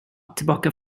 tillbaka